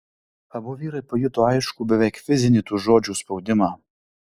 abu vyrai pajuto aiškų beveik fizinį tų žodžių spaudimą